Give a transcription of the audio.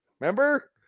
Remember